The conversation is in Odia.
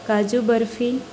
କାଜୁ ବର୍ଫି